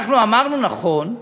אנחנו אמרנו: נכון,